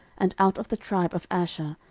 and out of the tribe of asher,